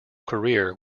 career